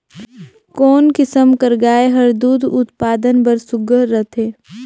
कोन किसम कर गाय हर दूध उत्पादन बर सुघ्घर रथे?